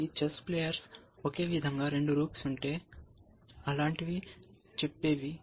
కాబట్టి chess players ఒకే విధంగా రెండు రూక్స్ ఉంటే అలాంటివి చెప్పేవి